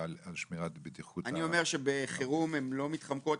על שמירה על בטיחות --- אני אומר שבחירום הן לא מתחמקות,